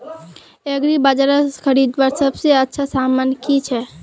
एग्रीबाजारोत खरीदवार सबसे अच्छा सामान की छे?